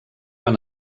han